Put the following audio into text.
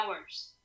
hours